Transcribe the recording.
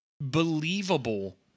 believable